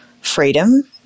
freedom